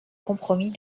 compromis